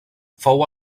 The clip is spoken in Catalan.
fou